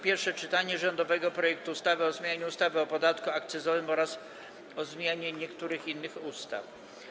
Pierwsze czytanie rządowego projektu ustawy o zmianie ustawy o podatku akcyzowym oraz o zmianie niektórych innych ustaw.